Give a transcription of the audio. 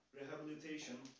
rehabilitation